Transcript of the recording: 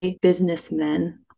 businessmen